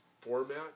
format